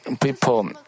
people